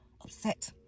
upset